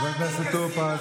חבר הכנסת טור פז.